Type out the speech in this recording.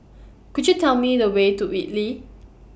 Could YOU Tell Me The Way to Whitley